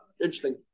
Interesting